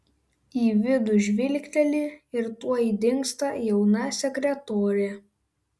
į vidų žvilgteli ir tuoj dingsta jauna sekretorė